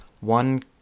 One